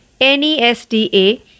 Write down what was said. NESDA